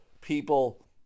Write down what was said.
people